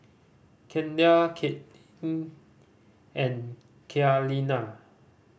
Kendal Katelyn and Kaleena